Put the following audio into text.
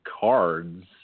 cards